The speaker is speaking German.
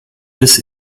bis